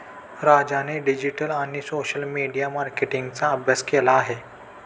राजाने डिजिटल आणि social media मार्केटिंगचा अभ्यास केला आहे